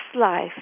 life